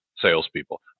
salespeople